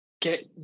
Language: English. get